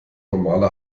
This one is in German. normale